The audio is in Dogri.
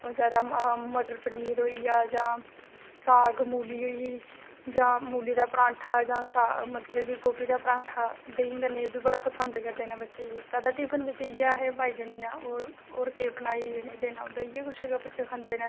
हून जादै मटर पनीर होइया जां साग मूली होई जां मूली दा परांठा जां साग जिसलै की गोभी दा परांठा देहीं कन्नै एह्बी बड़ा पसंद करदे न बच्चे ते टिफिन बिच अस इयै पाई दिन्ने आं होर ते होर केह् बनाइयै देना इयै कुछ बच्चे खंदे न